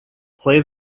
play